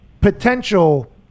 potential